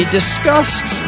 discussed